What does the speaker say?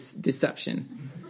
deception